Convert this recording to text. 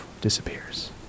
disappears